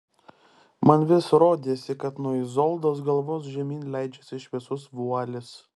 man vis rodėsi kad nuo izoldos galvos žemyn leidžiasi šviesus vualis